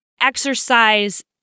Exercise